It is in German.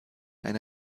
eine